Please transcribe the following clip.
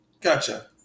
Gotcha